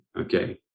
okay